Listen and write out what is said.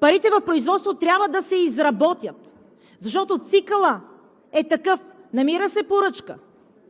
Парите в производството трябва да се изработят, защото цикълът е такъв: намира се поръчка,